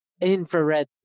infrared